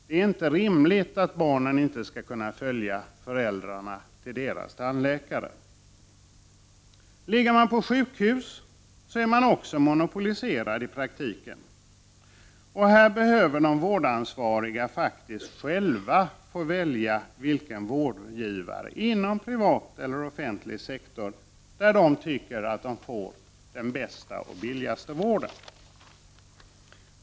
Det är inte rimligt att barnen inte skall kunna följa föräldrarna till deras tandläkare. Ligger man på sjukhus är man också i praktiken ”monopoliserad”. Här bör man faktiskt själv få välja den vårdgivare — inom privat eller offentlig sektor — som man anser ger den bästa och billigaste vården.